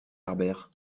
harbert